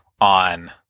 on